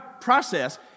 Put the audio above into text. process